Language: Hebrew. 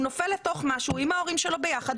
הוא נופל לתוך משהו עם ההורים שלו ביחד,